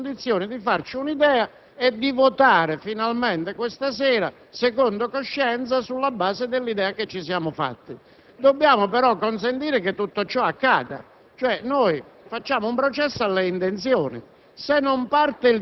di esprimere la propria posizione e tutti noi nelle condizioni di farci una idea e di votare, finalmente, questa sera secondo coscienza, sulla base dell'idea che ci siamo fatta. Dobbiamo però consentire che tutto ciò accada.